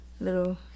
Little